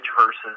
versus